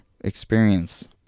experience